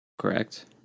Correct